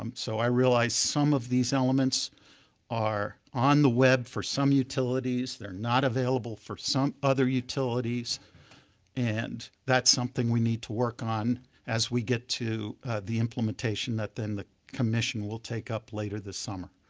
um so i realize some of these elements are on the web for some utilities, they are not available for some other utilities and that's something we need to work on as we get to the implementation that then the commission will take up later this summer.